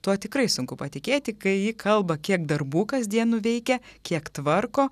tuo tikrai sunku patikėti kai ji kalba kiek darbų kasdien nuveikia kiek tvarko